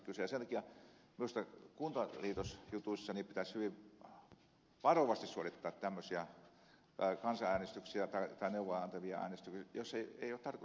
sen takia minusta kuntaliitosjutuissa pitäisi hyvin varovasti suorittaa tämmöisiä kansanäänestyksiä tai neuvoa antavia äänestyksiä jos ei ole tarkoitus noudattaa niitä